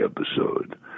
episode